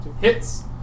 Hits